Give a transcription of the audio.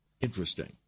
Interesting